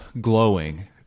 glowing